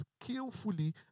skillfully